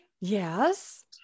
Yes